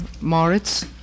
Moritz